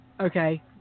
Okay